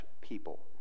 people